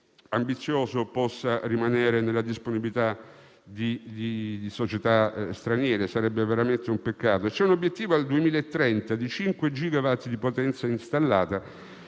ambizioso possa rimanere nella disponibilità di società straniere, perché sarebbe veramente un peccato. C'è un obiettivo, al 2030, di 5 gigawatt di potenza installata,